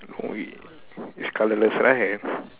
it's colourless right